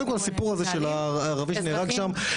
קודם כל הסיפור הזה של הערבי שנהרג שם,